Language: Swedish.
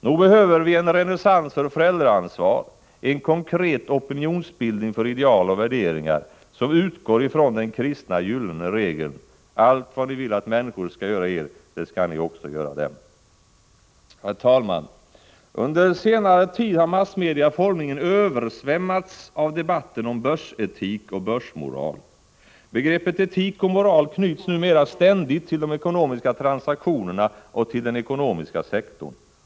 Nog behöver vi en renässans för föräldraansvar och en konkret opinionsbildning för ideal och värderingar som utgår ifrån den kristna gyllene regeln: Allt vad ni vill att människor skall göra er det skall ni också göra dem. Herr talman! Under senare tid har massmedia formligen översvämmats av debatten om börsetik och börsmoral. Begreppet etik och moral knyts numera ständigt till de ekonomiska transaktionerna och till den ekonomiska sektorn.